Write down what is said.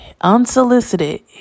unsolicited